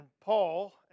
Paul